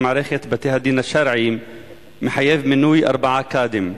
בתי-הדין השרעיים מחייבים מינוי ארבעה קאדים.